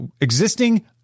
existing